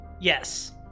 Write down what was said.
Yes